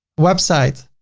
website.